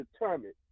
determine